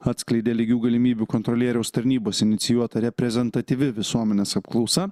atskleidė lygių galimybių kontrolieriaus tarnybos inicijuota reprezentatyvi visuomenės apklausa